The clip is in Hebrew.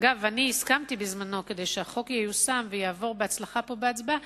אגב, כדי שהחוק ייושם ויעבור בהצלחה פה בהצבעה